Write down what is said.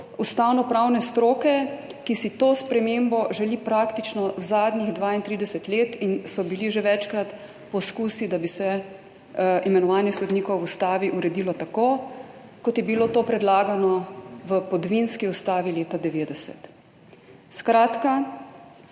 ustavnopravne stroke, ki si to spremembo želi praktično zadnjih 32 let in so bili že večkrat poskusi, da bi se imenovanje sodnikov v ustavi uredilo tako, kot je bilo to predlagano v podvinski ustavi leta 1990. Skratka,